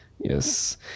Yes